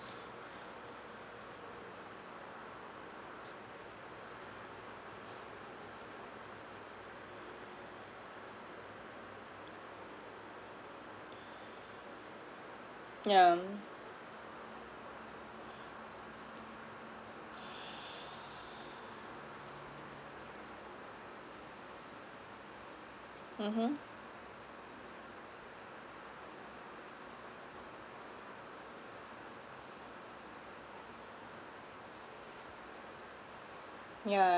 yeah um mmhmm yeah